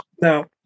No